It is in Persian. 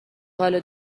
حالو